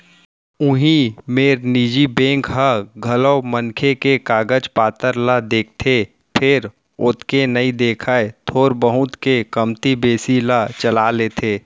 उही मेर निजी बेंक ह घलौ मनखे के कागज पातर ल देखथे फेर ओतेक नइ देखय थोर बहुत के कमती बेसी ल चला लेथे